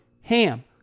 HAM